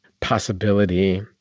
possibility